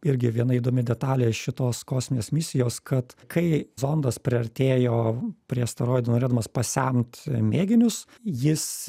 irgi viena įdomi detalė šitos kosminės misijos kad kai zondas priartėjo prie asteroido norėdamas pasemt mėginius jis